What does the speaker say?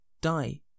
die